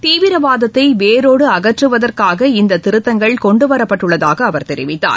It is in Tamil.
தீவிரவாதத்தை வேரோடு அகற்றுவதற்காக இந்த திருத்தங்கள் கொண்டுவரப்பட்டுள்ளதாக அவர் கெரிவிக்கார்